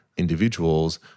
Individuals